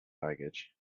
baggage